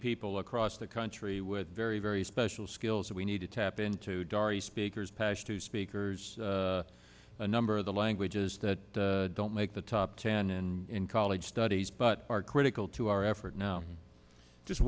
people across the country with very very special skills that we need to tap into dari speakers pash two speakers a number of the languages that don't make the top ten in college studies but are critical to our effort now just